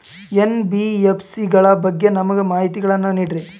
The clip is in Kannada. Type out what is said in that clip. ಎನ್.ಬಿ.ಎಫ್.ಸಿ ಗಳ ಬಗ್ಗೆ ನಮಗೆ ಮಾಹಿತಿಗಳನ್ನ ನೀಡ್ರಿ?